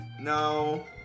No